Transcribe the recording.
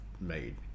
made